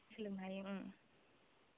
सोलोंनो हायो